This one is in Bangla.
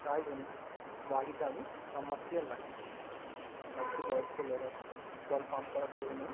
তাই জন্যে বাড়িতে আমি সাবমারসিব্ল লাগিয়েছি বাড়িতে বয়স্ক লোক আছে কল পাম্প করার কেউ নেই